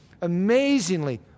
amazingly